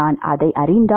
நான் அதைத் அறிந்தால்